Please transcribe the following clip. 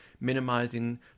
minimizing